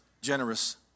generous